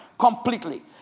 Completely